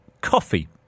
coffee